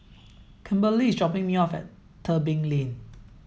Kimberlie is dropping me off at Tebing Lane